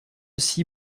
six